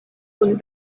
kun